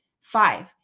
Five